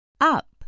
up